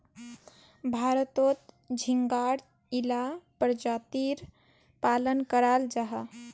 भारतोत झिंगार इला परजातीर पालन कराल जाहा